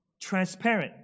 transparent